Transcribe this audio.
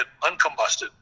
uncombusted